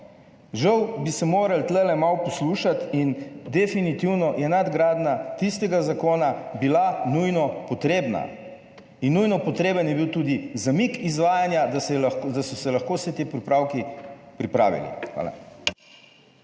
Žal bi se morali tu malo poslušati. In definitivno je nadgradnja tistega zakona bila nujno potrebna. In nujno potreben je bil tudi zamik izvajanja, da so se lahko vsi ti popravki pripravili. Hvala.